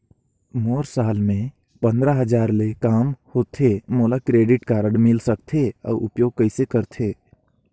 मोर साल मे पंद्रह हजार ले काम होथे मोला क्रेडिट कारड मिल सकथे? अउ उपयोग कइसे करथे?